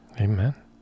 Amen